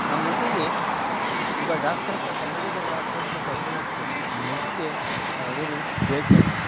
ಆ ಮಗುವಿಗೆ ಒಬ್ಬ ಡಾಕ್ಟ್ರತ್ತಿರ ಕನ್ನಡಿಗರ್ ಡಾಕ್ಟ್ರತ್ತಿರ ಕರ್ಕೊಂಡೋಗ್ತಾನೆ ಆ ಮಗುಗೆ ಅವರು ಹೇಳ್ತಾರೆ